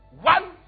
one